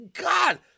God